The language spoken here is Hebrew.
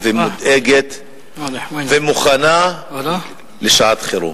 ומודאגת ומוכנה לשעת חירום.